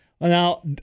Now